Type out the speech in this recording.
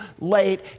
late